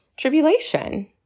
tribulation